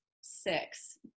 six